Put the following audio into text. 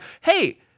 hey